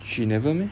she never meh